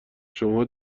شماها